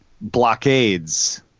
blockades